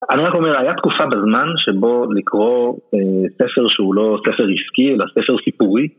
אני רק אומר, הייתה תקופה בזמן שבו לקרוא ספר שהוא לא ספר עסקי, אלא ספר סיפורי